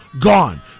gone